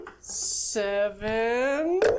seven